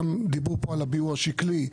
גם דיברו פה על הביאור השקלי,